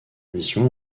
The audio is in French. mission